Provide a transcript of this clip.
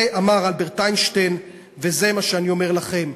זה אמר אלברט איינשטיין וזה מה שאני אומר לכם.